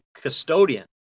custodian